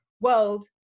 world